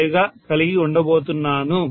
42105గా కలిగి ఉండబోతున్నాను